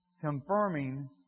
confirming